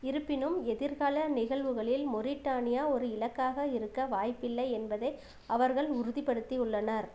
இருப்பினும் எதிர்கால நிகழ்வுகளில் மொரிட்டானியா ஒரு இலக்காக இருக்க வாய்ப்பில்லை என்பதை அவர்கள் உறுதிப்படுத்தியுள்ளனர்